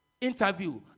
interview